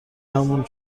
همون